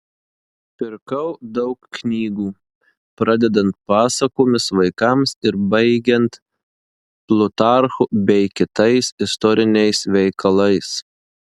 pirkau daug knygų pradedant pasakomis vaikams ir baigiant plutarchu bei kitais istoriniais veikalais